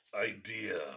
idea